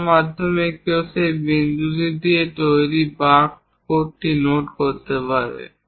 যার মাধ্যমে কেউ সেই বিন্দু দ্বারা তৈরি বাঁক কোণটি নোট করতে পারে